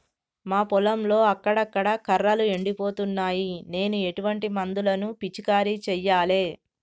మా పొలంలో అక్కడక్కడ కర్రలు ఎండిపోతున్నాయి నేను ఎటువంటి మందులను పిచికారీ చెయ్యాలే?